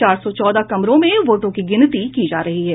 चार सौ चौदह कमरों में वोटों की गिनती की जा रही है